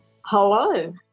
Hello